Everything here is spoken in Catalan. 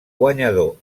guanyador